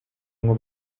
ngo